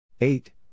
Eight